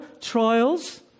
trials